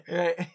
right